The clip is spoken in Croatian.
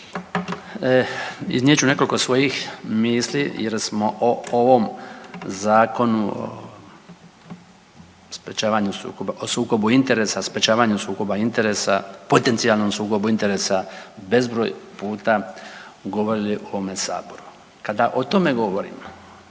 Iznijet ću nekoliko svojih misli jer smo o ovom Zakonu o sukobu interesa, sprječavanju sukoba interesa potencijalnom sukobu interesa bezbroj puta govorili u ovom Saboru. Kada o tome govorimo